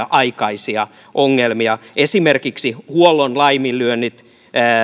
aikaisia ongelmia esimerkiksi huollon laiminlyönnit